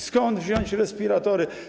Skąd wziąć respiratory?